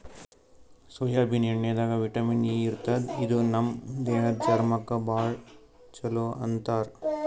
soybean ಎಣ್ಣಿದಾಗ್ vitamin E ಇರ್ತದ್ ಇದು ನಮ್ ದೇಹದ್ದ್ ಚರ್ಮಕ್ಕಾ ಭಾಳ್ ಛಲೋ ಅಂತಾರ್